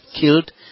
killed